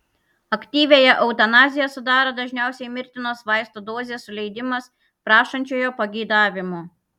aktyviąją eutanaziją sudaro dažniausiai mirtinos vaistų dozės suleidimas prašančiojo pageidavimu